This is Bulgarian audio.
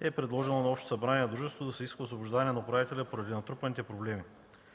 е предложил на общото събрание на дружеството да се иска освобождаването на управителя поради натрупаните проблеми.